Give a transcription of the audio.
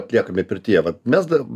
atliekami pirtyje vat mes dar